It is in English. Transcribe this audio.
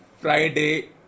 Friday